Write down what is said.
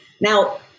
Now